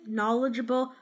knowledgeable